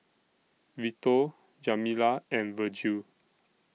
Vito Jamila and Virgil